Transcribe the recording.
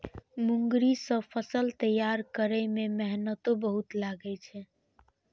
मूंगरी सं फसल तैयार करै मे मेहनतो बहुत लागै छै